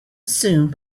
assumed